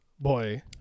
boy